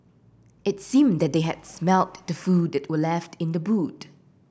it seemed that they had smelt the food that were left in the boot